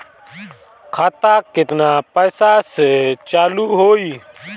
खाता केतना पैसा से चालु होई?